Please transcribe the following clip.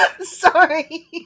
Sorry